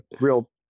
real